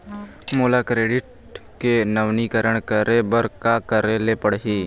मोला क्रेडिट के नवीनीकरण करे बर का करे ले पड़ही?